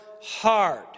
hard